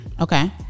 Okay